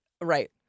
Right